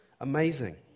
amazing